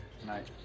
tonight